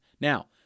Now